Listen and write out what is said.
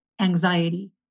anxiety